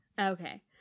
Okay